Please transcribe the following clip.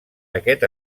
aquest